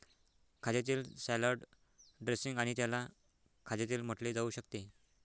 खाद्यतेल salad dressing आणि त्याला खाद्यतेल म्हटले जाऊ शकते